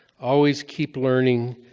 always keep learning.